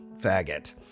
faggot